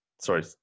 Sorry